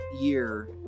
Year